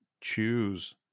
choose